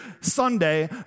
Sunday